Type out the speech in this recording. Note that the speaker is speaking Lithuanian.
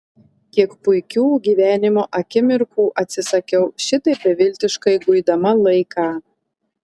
kiek puikių gyvenimo akimirkų atsisakiau šitaip beviltiškai guidama laiką